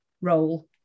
role